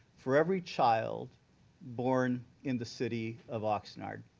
for every child born in the city of oxnard.